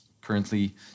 Currently